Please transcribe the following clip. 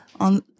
on